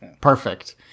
Perfect